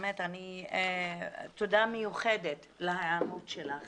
תודה מיוחדת להיענות שלך